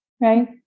right